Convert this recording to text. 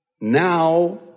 Now